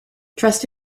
trust